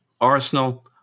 arsenal